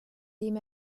dem